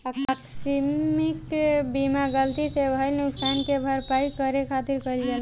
आकस्मिक बीमा गलती से भईल नुकशान के भरपाई करे खातिर कईल जाला